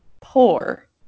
poor